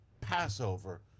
Passover